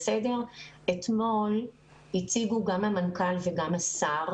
אתמול שר החינוך והמנכ"ל הציגו.